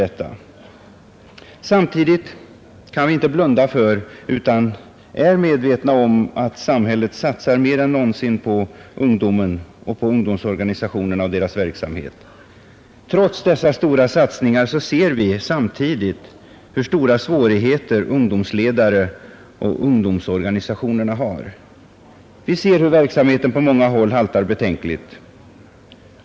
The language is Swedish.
Samtidigt kan vi inte blunda för utan är medvetna om att samhället satsar mer än någonsin på ungdomen och på ungdomsorganisationerna och deras verksamhet. Trots dessa stora satsningar ser vi samtidigt hur stora svårigheter ungdomsledare och ungdomsorganisationer har. Vi ser hur verksamheten på många håll haltar betänkligt.